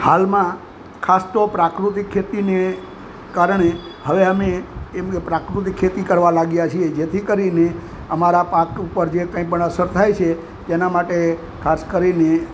હાલમાં ખાસ તો પ્રાકૃતિક ખેતી ને કારણે હવે અમે એમને પ્રાકૃતિક ખેતી કરવા લાગ્યા છે જેથી કરીને અમારા પાક ઉપર જે કઈ પણ અસર થાય છે તેના માટે ખાસ કરીને